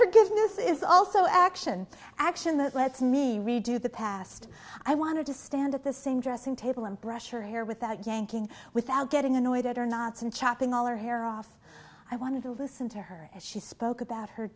forgiveness is also action action that lets me redo the past i wanted to stand at the same dressing table and brush her hair without yanking without getting annoyed at her knots and chopping all her hair off i wanted to listen to her as she spoke about her